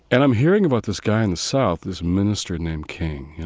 and i'm hearing about this guy in the south this minister named king, you